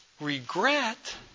regret